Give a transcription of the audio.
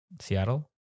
Seattle